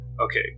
Okay